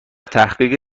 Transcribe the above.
تحقیق